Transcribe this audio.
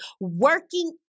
working